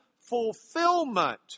fulfillment